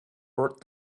bert